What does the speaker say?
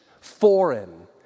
foreign